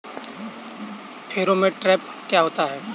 Pheromone trap क्या होता है?